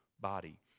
body